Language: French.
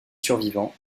survivants